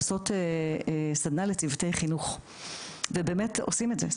לעשות סדנא לצוותי חינוך ובאמת עושים את זה.